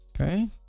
Okay